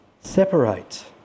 separate